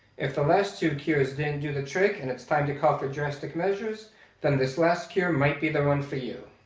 if the last two cures didn't do the trick and it's time to call for drastic measures then this last cure might be the one for you.